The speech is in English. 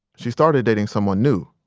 she started dating someone new.